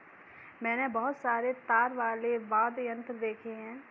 मैंने बहुत सारे तार वाले वाद्य यंत्र देखे हैं